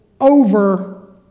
over